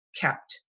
kept